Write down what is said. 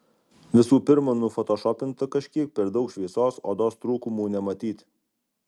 visų pirma nufotošopinta kažkiek per daug šviesos odos trūkumų nematyti